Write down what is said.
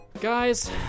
guys